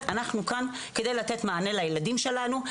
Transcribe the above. אנחנו כאן על מנת לתת מענה לילדים שלנו.